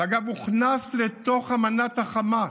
שאגב, הוכנס לתוך אמנת החמאס?